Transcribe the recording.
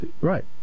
Right